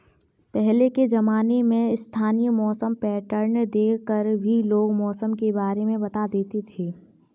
पहले के ज़माने में स्थानीय मौसम पैटर्न देख कर भी लोग मौसम के बारे में बता देते थे